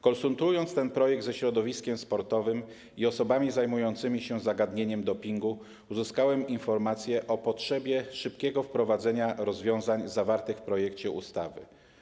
Konsultując ten projekt ze środowiskiem sportowym i osobami zajmującymi się zagadnieniem dopingu, uzyskałem informacje o potrzebie szybkiego wprowadzenia rozwiązań zawartych w projekcie ustawy.